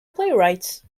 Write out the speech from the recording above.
playwrights